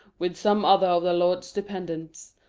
with some other of the lord's dependants,